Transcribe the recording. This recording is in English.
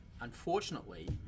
unfortunately